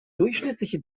durchschnittliche